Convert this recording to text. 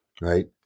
right